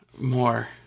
more